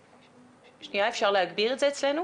כשאני שואלת על נתונים,